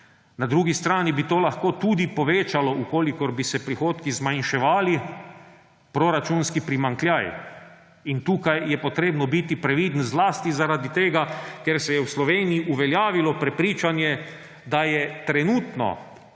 Na drugi strani bi to lahko tudi povečalo, v kolikor bi se prihodki zmanjševali, proračunski primanjkljaj in tukaj je potrebno biti previden, zlasti zaradi tega, ker se je v Sloveniji uveljavilo prepričanje, da je trenutno